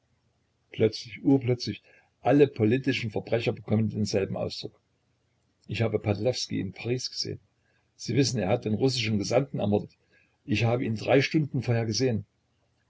plötzlich urplötzlich alle politischen verbrecher bekommen denselben ausdruck ich habe padlewski in paris gesehen sie wissen er hat den russischen gesandten ermordet ich habe ihn drei stunden vorher gesehen